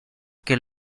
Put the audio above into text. que